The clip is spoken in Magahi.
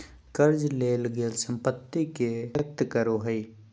कर्ज लेल गेल संपत्ति के व्यक्त करो हइ